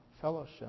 fellowship